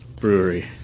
Brewery